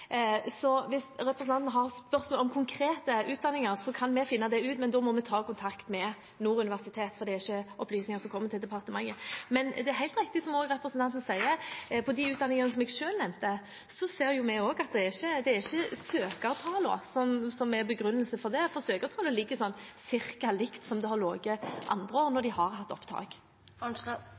Så hvis representanten har spørsmål om konkrete utdanninger, kan vi finne det ut, men da må vi ta kontakt med Nord universitet, for det er ikke opplysninger som kommer til departementet. Men det er helt riktig, som også representanten sier, at på de utdanningene jeg selv nevnte, ser vi at det ikke er søkertallene som er begrunnelsen, for søkertallene ligger omtrent likt det de har gjort andre år når de har hatt